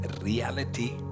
reality